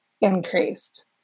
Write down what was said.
increased